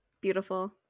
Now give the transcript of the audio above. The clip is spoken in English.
beautiful